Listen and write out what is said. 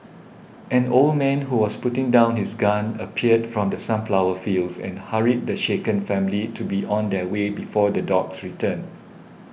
an old man who was putting down his gun appeared from the sunflower fields and hurried the shaken family to be on their way before the dogs return